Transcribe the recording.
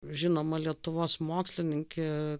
žinoma lietuvos mokslininkė